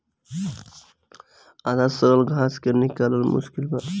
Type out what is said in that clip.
आधा सड़ल घास के निकालल मुश्किल बा